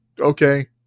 okay